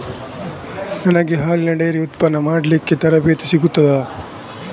ನನಗೆ ಹಾಲಿನ ಡೈರಿ ಉತ್ಪನ್ನ ಮಾಡಲಿಕ್ಕೆ ತರಬೇತಿ ಸಿಗುತ್ತದಾ?